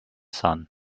son